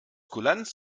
kulanz